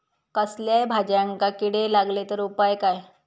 कसल्याय भाजायेंका किडे लागले तर उपाय काय?